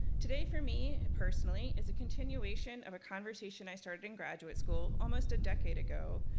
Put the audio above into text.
today, for me, personally, is a continuation of a conversation i started in graduate school, almost a decade ago,